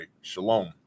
Shalom